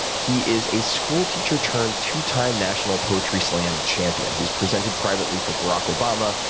he is a school teacher turned two-time national poetry slam champion. he's presented privately for barack obama,